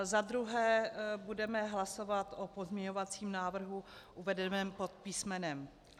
Za druhé budeme hlasovat o pozměňovacím návrhu uvedeném pod písmenem A.